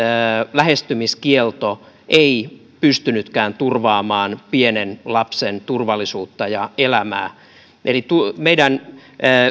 lähestymiskielto ei pystynytkään turvaamaan pienen lapsen turvallisuutta ja elämää eli meidän